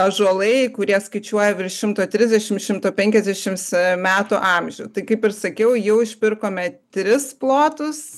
ąžuolai kurie skaičiuoja virš šimto trisdešim šimto penkiasdešims metų amžių tai kaip ir sakiau jau išpirkome tris plotus